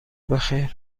بخیر